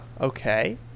okay